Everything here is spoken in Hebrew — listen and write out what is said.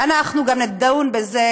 אנחנו גם נדון בזה,